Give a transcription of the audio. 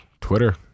twitter